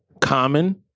common